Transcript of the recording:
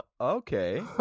Okay